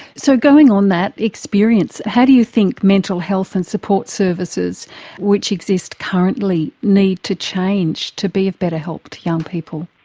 so going on that experience, how do you think mental health and support services which exist currently need to change to be of better help to young people?